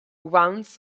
rounds